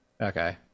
Okay